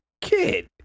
kid